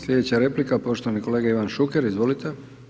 Sljedeća replika poštovani kolega Ivan Šuker, izvolite.